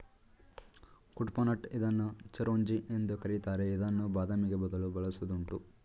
ಕುಡ್ಪನಟ್ ಇದನ್ನು ಚಿರೋಂಜಿ ಎಂದು ಕರಿತಾರೆ ಇದನ್ನು ಬಾದಾಮಿಗೆ ಬದಲು ಬಳಸುವುದುಂಟು